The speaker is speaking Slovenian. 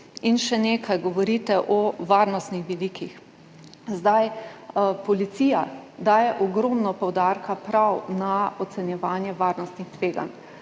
In še nekaj. Govorite o varnostnih vidikih. Policija daje ogromno poudarka prav na ocenjevanje varnostnih tveganj,